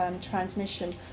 transmission